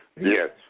Yes